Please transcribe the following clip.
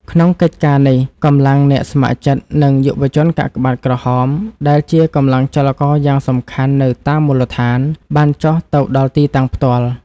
ក្នុងកិច្ចការនេះ កម្លាំងអ្នកស្ម័គ្រចិត្ត និងយុវជនកាកបាទក្រហម ដែលជាកម្លាំងចលករយ៉ាងសំខាន់នៅតាមមូលដ្ឋាន បានចុះទៅដល់ទីតាំងផ្ទាល់។